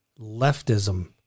leftism